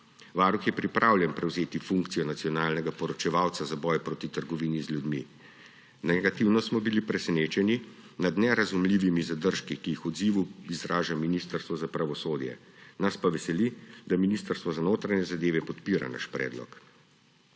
Varuh je pripravljen prevzeti funkcijo nacionalnega poročevalca za boj proti trgovini z ljudmi. Negativno smo bili presenečeni nad nerazumljivimi zadržki, ki jih v odzivu izraža Ministrstvo za pravosodje, nas pa veseli, da Ministrstvo za notranje zadeve podpira naš predlog.